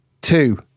two